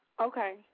Okay